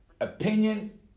opinions